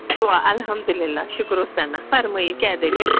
دُعا الحمداللہ شُکرُسناح فرمٲیِو کیٛاہ دٔلیٖل